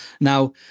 Now